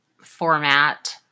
format